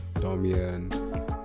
Damian